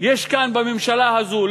יש כאן בממשלה הזו.